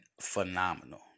phenomenal